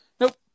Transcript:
nope